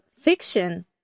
fiction